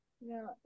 No